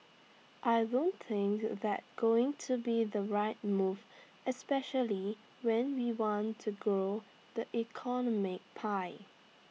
I don't think that's going to be the right move especially when we want to grow the economic pie